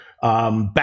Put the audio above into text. Back